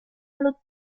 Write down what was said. allo